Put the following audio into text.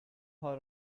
how